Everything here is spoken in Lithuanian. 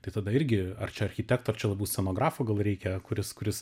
tai tada irgi ar čia architekto ar čia labiau scenografo gal reikia kuris kuris